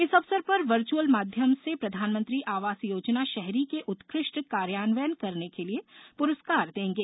इस अवसर पर वर्चुअल माध्यम से प्रधानमंत्री आवास योजना शहरी के उत्कृष्ट कार्यान्वयन करने के लिये पुरस्कार देंगे